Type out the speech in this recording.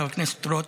חבר הכנסת רוט,